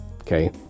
Okay